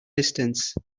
distance